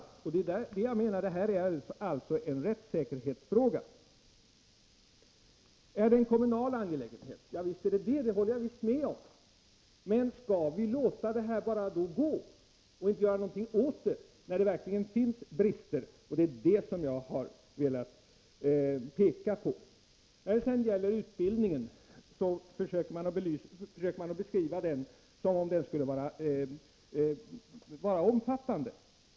Det är därför jag menar att det är en rättssäkerhetsfråga. Är det en kommunal angelägenhet? Javisst är det det. Det håller jag med om. Men skall vi bara låta detta gå och inte göra något åt det när det verkligen finns brister? Det är det som jag har velat peka på. När det sedan gäller utbildningen försöker man beskriva den som om den skulle vara omfattande.